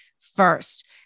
first